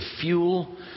fuel